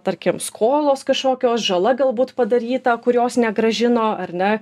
tarkim skolos kažkokios žala galbūt padaryta kurios negrąžino ar ne